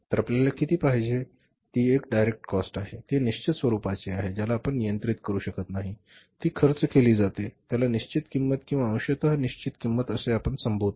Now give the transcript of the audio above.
तर आपल्याला किती पाहिजे आहेती एक डायरेक्ट कॉस्ट आहे ती निश्चित स्वरूपाची आहे ज्याला आपण नियंत्रित करू शकत नाही ती खर्च केली जाते त्याला निश्चित किंमत किंवा अंशतः निश्चित किंमत असे आपण संभोधतो